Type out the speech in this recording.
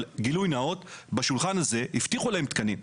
גילוי נאות: בשולחן הזה הבטיחו להם תקנים.